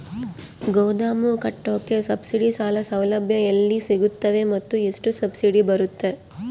ಗೋದಾಮು ಕಟ್ಟೋಕೆ ಸಬ್ಸಿಡಿ ಸಾಲ ಸೌಲಭ್ಯ ಎಲ್ಲಿ ಸಿಗುತ್ತವೆ ಮತ್ತು ಎಷ್ಟು ಸಬ್ಸಿಡಿ ಬರುತ್ತೆ?